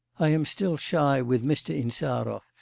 i am still shy with mr. insarov.